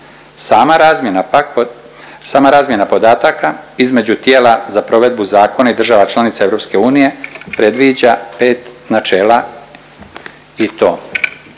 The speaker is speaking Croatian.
sama razmjena podataka između tijela za provedbu zakona i država članica EU predviđa 5 načela i to,